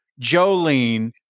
Jolene